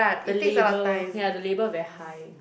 the labour yeah the labour very high